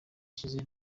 gishize